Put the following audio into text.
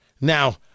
Now